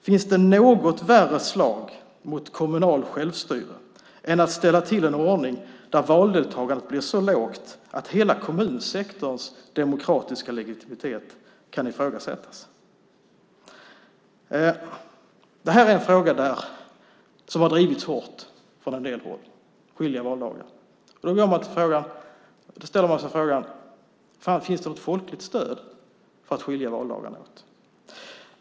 Finns det något värre slag mot kommunalt självstyre än att ställa till en ordning där valdeltagandet blir så lågt att hela kommunsektorns demokratiska legitimitet kan ifrågasättas? Frågan om skilda valdagar har drivits hårt från en del håll. Då ställer man sig frågan: Finns det något folkligt stöd för att skilja valdagarna åt?